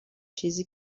چیزی